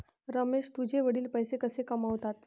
रमेश तुझे वडील पैसे कसे कमावतात?